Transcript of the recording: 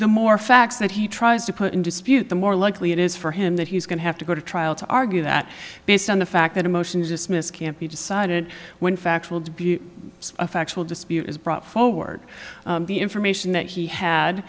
the more facts that he tries to put in dispute the more likely it is for him that he's going to have to go to trial to argue that based on the fact that a motion just missed can't be decided when factual to be a factual dispute is brought forward the information that he had